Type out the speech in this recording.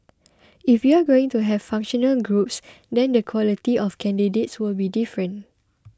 if you're going to have functional groups then the quality of candidates will be different